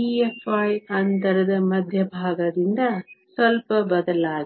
EFi ಅಂತರದ ಮಧ್ಯಭಾಗದಿಂದ ಸ್ವಲ್ಪ ಬದಲಾಗಿದೆ